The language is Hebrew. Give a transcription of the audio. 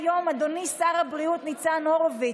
אינו נוכח אביר קארה, אינו נוכח יואב קיש,